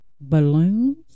balloons